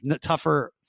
tougher